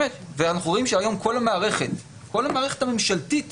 ואנחנו רואים שהיום כל המערכת הממשלתית